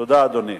תודה, אדוני.